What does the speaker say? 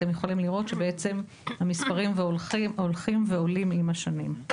אתם יכולים לראות שהמספרים בעצם הולכים ועולים עם השנים.